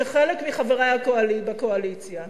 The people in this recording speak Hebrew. שחלק מחברי בקואליציה